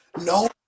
No